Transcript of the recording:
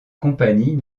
compagnie